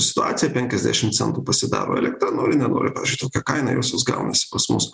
situacija penkiasdešim centų pasidaro elektra nori nenori pavyzdžiui tokia kaina josios gaunasi pas mus